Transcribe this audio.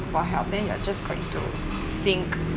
for help then you're just going to sink